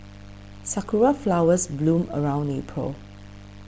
sakura flowers bloom around April